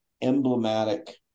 emblematic